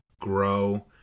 grow